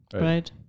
right